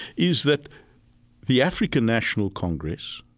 is that the african national congress,